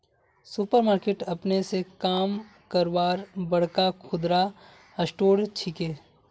super market अपने स काम करवार बड़का खुदरा स्टोर छिके